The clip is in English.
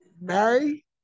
Mary